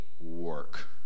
work